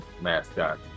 mascot